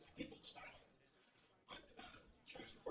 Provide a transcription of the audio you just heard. default styling but choose